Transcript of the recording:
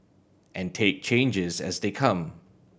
and take changes as they come